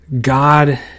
God